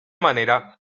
manera